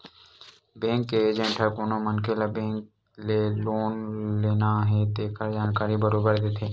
bank के agent ह कोनो मनखे ल बेंक ले लोन लेना हे तेखर जानकारी बरोबर देथे